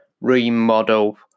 remodel